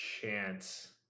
chance